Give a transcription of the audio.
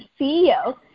CEO